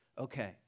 Okay